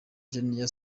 javier